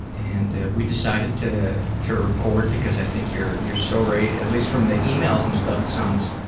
and we decided to to record because i think your your story, at least from the emails and stuff, sounds